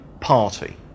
party